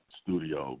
studio